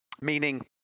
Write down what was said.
meaning